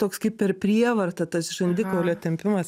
toks kaip per prievartą tas žandikaulio tempimas